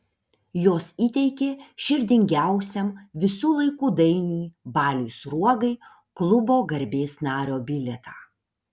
jos įteikė širdingiausiam visų laikų dainiui baliui sruogai klubo garbės nario bilietą